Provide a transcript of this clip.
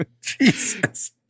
Jesus